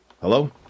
Hello